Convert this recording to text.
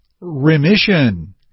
Remission